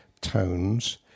tones